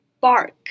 bark